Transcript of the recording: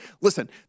listen